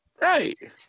Right